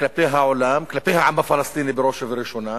כלפי העולם, כלפי העם הפלסטיני בראש ובראשונה,